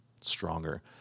stronger